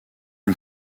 une